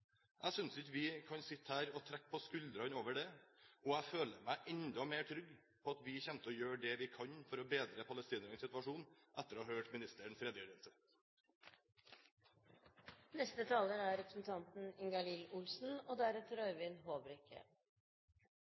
Jeg synes ikke vi kan sitte her og trekke på skuldrene av det, og jeg føler meg enda mer trygg på at vi kommer til å gjøre det vi kan for å bedre palestinernes situasjon, etter å ha hørt ministerens redegjørelse. Først vil jeg takke for en spennende og